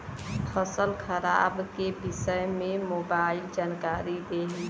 फसल खराब के विषय में मोबाइल जानकारी देही